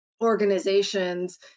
organizations